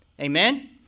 Amen